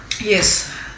yes